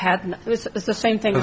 had the same thing